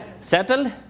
Settled